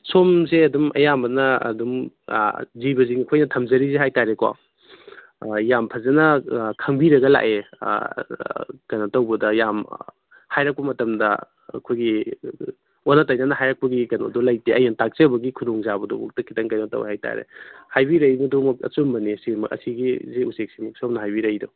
ꯁꯣꯝꯁꯦ ꯑꯗꯨꯝ ꯑꯌꯥꯝꯕꯅ ꯑꯗꯨꯝ ꯖꯤꯕꯁꯤꯡ ꯑꯩꯈꯣꯏꯅ ꯊꯝꯖꯔꯤꯁꯦ ꯍꯥꯏꯇꯔꯦꯀꯣ ꯌꯥꯝ ꯐꯖꯅ ꯈꯪꯕꯤꯔꯒ ꯂꯥꯛꯑꯦ ꯀꯩꯅꯣ ꯇꯧꯕꯗ ꯌꯥꯝ ꯍꯥꯏꯔꯛꯄ ꯃꯇꯝꯗ ꯑꯩꯈꯣꯏꯒꯤ ꯑꯣꯟꯅ ꯇꯩꯅꯅ ꯍꯥꯏꯔꯛꯄꯒꯤ ꯀꯩꯅꯣꯗꯨ ꯂꯩꯇꯦ ꯑꯩꯅ ꯇꯥꯛꯆꯕꯒꯤ ꯈꯨꯗꯣꯡ ꯆꯥꯕ ꯑꯗꯨ ꯐꯥꯎꯗ ꯈꯤꯇꯪ ꯀꯩꯅꯣ ꯇꯧꯏ ꯍꯥꯏꯇꯔꯦ ꯍꯥꯏꯕꯤꯔꯛꯏꯗꯨꯃꯛ ꯑꯆꯨꯝꯕꯅꯤ ꯑꯁꯤꯒꯤꯁꯤ ꯎꯆꯦꯛꯁꯤꯃꯛ ꯁꯣꯝꯅ ꯍꯥꯏꯕꯤꯔꯛꯏꯗꯣ